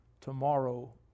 Tomorrow